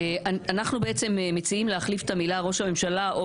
אנחנו מציעים להחליף את המילה ראש הממשלה,